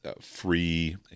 free